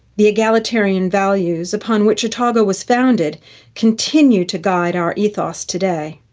the egalitarian values upon which otago was founded continue to guide our ethos today.